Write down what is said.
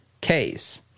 case